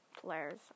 players